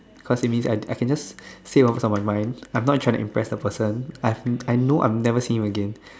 cause it means I I can just say what's on my mind I'm not trying to impress the person I know I'm never seeing him again